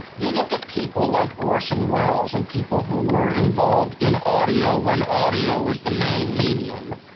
you look at people like orson wells and people who were involved in audio when audio was the main medium,